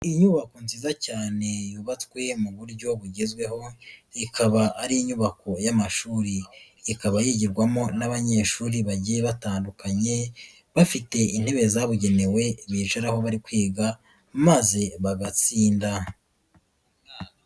Inyubako nziza cyane yubatswe mu buryo bugezweho ikaba ari inyubako y'amashuri, ikaba yigirwamo n'abanyeshuri bagiye batandukanye, bafite intebe zabugenewe bicararaho bari kwiga maze bagatsinda.